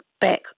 back